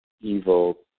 evil